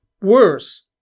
Worse